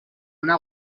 una